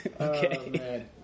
Okay